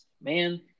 Man